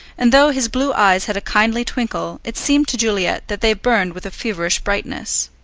and though his blue eyes had a kindly twinkle it seemed to juliet that they burned with a feverish brightness.